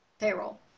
payroll